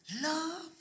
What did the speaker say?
love